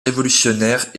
révolutionnaire